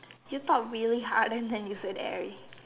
you thought really hard and then you said airy